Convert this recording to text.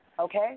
Okay